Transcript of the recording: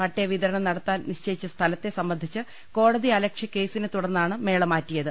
പട്ടയ വിതരണം നടത്താൻ നിശ്ചയിച്ച സ്ഥലത്തെ സംബന്ധിച്ച് കോടതി അലക്ഷ്യ കേസിനെ തുടർന്നാണ് മേള മാറ്റിയത്